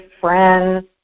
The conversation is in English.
friends